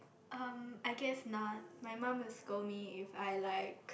um I guess not my mum will scold me if I like